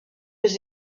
aux